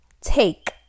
take